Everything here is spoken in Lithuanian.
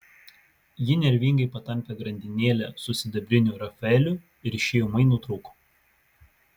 ji nervingai patampė grandinėlę su sidabriniu rafaeliu ir ši ūmai nutrūko